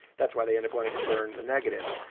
that's why they ended. wanted to burn the negative.